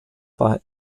bei